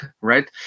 right